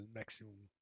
maximum